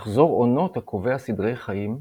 מחזור עונות הקובע סדרי חיים,